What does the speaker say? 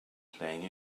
playing